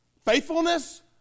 faithfulness